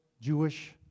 Jewish